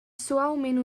suaument